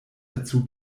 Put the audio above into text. dazu